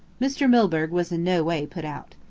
mr. milburgh was in no way put out.